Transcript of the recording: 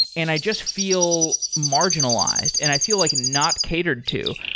and i just feel marginalized, and i feel like not catered to.